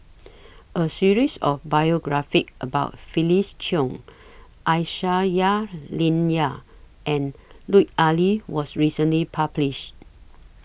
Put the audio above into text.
A series of biographies about Felix Cheong Aisyah Lyana and Lut Ali was recently published